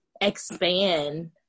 expand